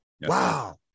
Wow